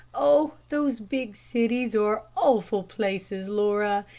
oh, those big cities are awful places, laura.